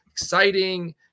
exciting